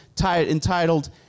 entitled